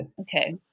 Okay